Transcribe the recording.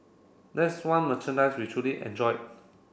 that's one merchandise we truly enjoyed